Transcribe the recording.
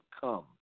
come